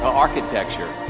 architecture